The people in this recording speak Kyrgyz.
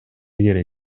керек